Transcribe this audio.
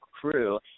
crew